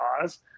cause